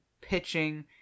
pitching